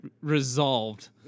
Resolved